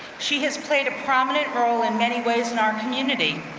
she has played a prominent role in many ways in our community,